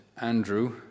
Andrew